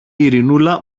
ειρηνούλα